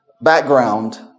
background